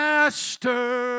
Master